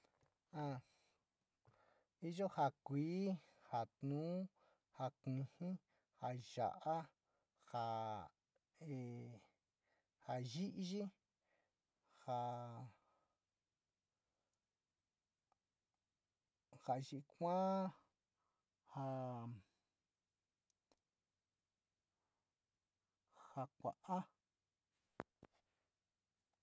Iyo sa kui, ja tuu, ja kuji, ja ya´a, ja e ja yi´iyi, ja yi´i kua, ja kua´a.